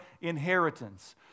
inheritance